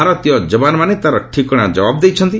ଭାରତୀୟ ଯବାନମାନେ ତା'ର ଠିକଣା ଜବାବ ଦେଇଛନ୍ତି